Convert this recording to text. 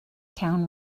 town